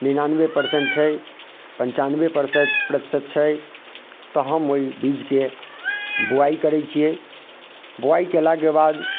निनानबे परसेंट छै पञ्चानबे पर्सेट प्रतिशत छै तऽ हम ओइ बीजके बोआइ करै छियै बोआइ केलाके बाद